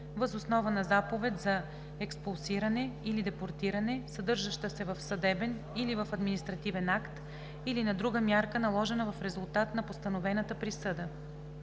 въз основа на заповед за експулсиране или депортиране, съдържаща се в съдебен или в административен акт, или на друга мярка, наложена в резултат на постановената присъда;